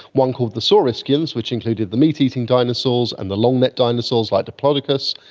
one called the saurischians, which included the meat-eating dinosaurs and the long-necked dinosaurs like diplodocus,